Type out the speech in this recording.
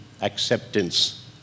acceptance